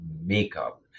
makeup